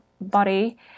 body